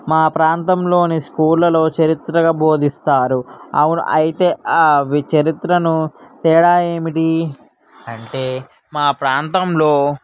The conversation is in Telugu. మా ప్రాంతంలోని స్కూళ్ళలో చరిత్రను బోధిస్తారు అవును అయితే అవి చరిత్రను తేడా ఏమిటి అంటే మా ప్రాంతంలో